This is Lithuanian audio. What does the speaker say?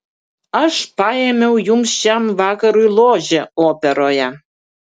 aš paėmiau jums šiam vakarui ložę operoje